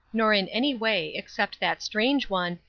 nor in any way, except that strange one,